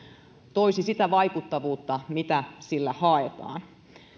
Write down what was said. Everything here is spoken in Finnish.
toisi sitä vaikuttavuutta mitä sillä haetaan